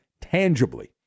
tangibly